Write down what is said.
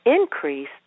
Increase